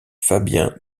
fabien